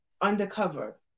undercover